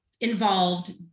involved